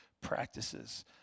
practices